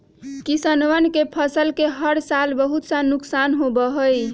किसनवन के फसल के हर साल बहुत सा नुकसान होबा हई